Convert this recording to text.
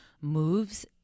moves